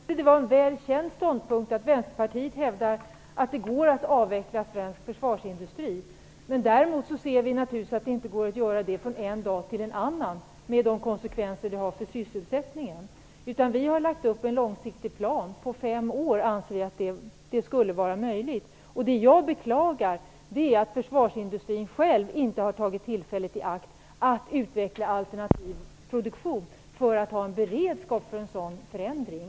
Herr talman! Jag trodde att det var en väl känd ståndpunkt att Vänsterpartiet hävdar att det går att avveckla svensk försvarsindustri. Däremot ser vi naturligtvis att det inte går att göra det från en dag till en annan med de konsekvenser det har för sysselsättningen. Vi har lagt upp en långsiktig plan. På fem år anser vi att det skulle vara möjligt att genomföra detta. Det jag beklagar är att försvarsindustrin själv inte har tagit tillfället i akt att utveckla alternativ produktion för att ha en beredskap för en sådan förändring.